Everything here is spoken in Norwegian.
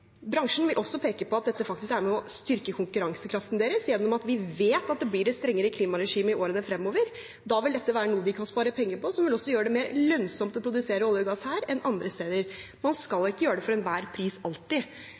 bransjen ønsker det selv. Bransjen vil også peke på at dette faktisk er med på å styrke konkurransekraften deres, gjennom at vi vet at det blir et strengere klimaregime i årene fremover. Da vil dette være noe vi kan spare penger på, som også vil gjøre det mer lønnsomt å produsere olje og gass her enn andre steder. Man skal ikke gjøre det for enhver pris alltid.